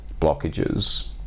blockages